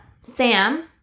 sam